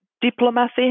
diplomacy